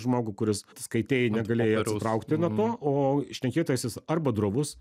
žmogų kuris skaitei negalėjai atsitraukti nuo to o šnekėtojas jis arba drovus